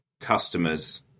customers